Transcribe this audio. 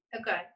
Okay